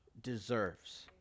deserves